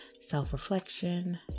self-reflection